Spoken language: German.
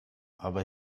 aber